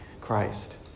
Christ